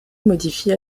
modifie